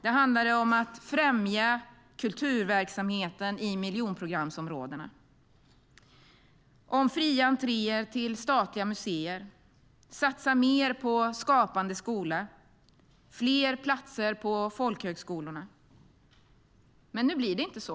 Det handlade om att främja kulturverksamheten i miljonprogramsområdena. Det handlade om fri entré till statliga museer, att satsa mer på skapande skola och fler platser på folkhögskolorna. Men nu blir det inte så.